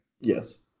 Yes